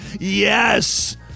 Yes